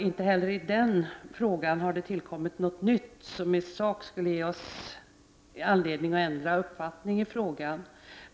Inte heller i den frågan har det tillkommit något nytt som i sak skulle ge oss anledning att ändra uppfattning i frågan.